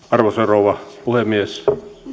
arvoisa rouva puhemies